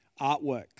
artworks